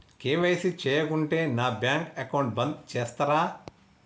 KYC చేయకుంటే నా bank account బంద్ చేస్తరా?